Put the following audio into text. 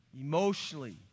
emotionally